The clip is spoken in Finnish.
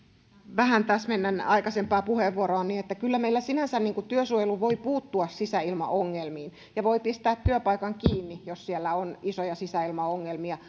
vähän täsmennän aikaisempaa puheenvuoroani kyllä meillä sinänsä työsuojelu voi puuttua sisäilmaongelmiin ja voi pistää työpaikan kiinni jos siellä on isoja sisäilmaongelmia